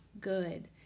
good